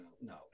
no